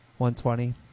120